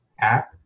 app